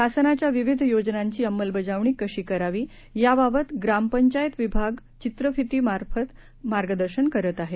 शासनाच्या विविध योजनांची अंमलबजावणी कशी करावी याबाबत ग्रामपंचायत विभाग चित्रफितीद्वारे मार्गदर्शन करत आहे